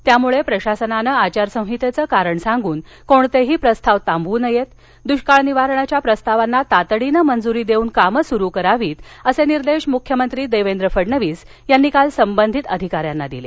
त्यामुळे प्रशासनानं आचारसंहितेचं कारण सांगून कोणतेही प्रस्ताव थांबवू नयेत दृष्काळ निवारणाच्या प्रस्तावांना तातडीन मंजूरी देऊन कामं सूरू करावीत असे निर्देश मुख्यमंत्री देवेंद्र फडणवीस यांनी काल संबंधित अधिकाऱ्यांना दिले